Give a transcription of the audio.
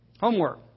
Homework